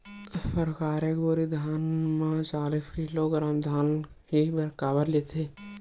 सरकार एक बोरी धान म चालीस किलोग्राम धान ल ही काबर लेथे?